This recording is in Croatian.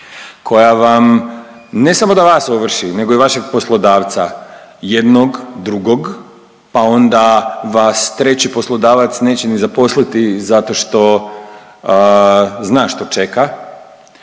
koja vam ne samo da vas ovrši nego i vašeg poslodavca jednog, drugog, pa onda vas treći poslodavac neće ni zaposliti zato što zna što čeka.